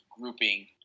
grouping